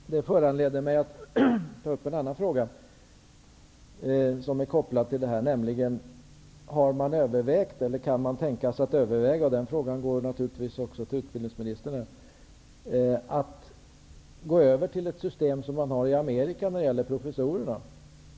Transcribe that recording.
Herr talman! Det föranleder mig att ta upp en annan fråga som är kopplad till det Rune Rydén nu sade: Har man övervägt eller kan man tänka sig att överväga -- och den frågan går naturligtvis också till utbildningsministern -- att gå över till ett sådant system som man i Amerika har för professorerna?